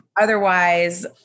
Otherwise